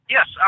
Yes